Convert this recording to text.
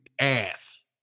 ass